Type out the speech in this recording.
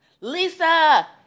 Lisa